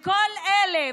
כל אלה,